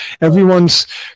everyone's